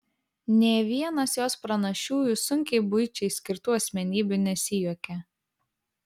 nė vienas jos pranašiųjų sunkiai buičiai skirtų asmenybių nesijuokia